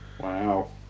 Wow